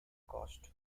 costs